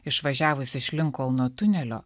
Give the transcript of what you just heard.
išvažiavus iš linkolno tunelio